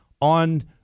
on